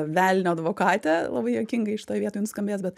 velnio advokate labai juokingai šitoj vietoj nuskambės bet